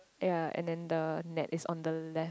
yea and then the net is on the left